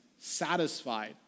satisfied